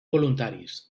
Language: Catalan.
voluntaris